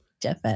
Jeff